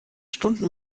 stunden